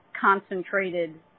concentrated